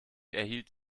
erhielt